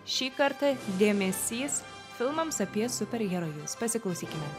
šį kartą dėmesys filmams apie superherojus pasiklausykime